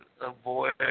avoid